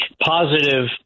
positive